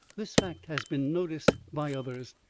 this fact has been noticed by others,